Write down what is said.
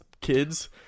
kids